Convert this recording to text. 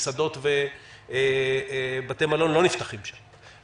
מסעדות ובתי מלון לא נפתחים שם.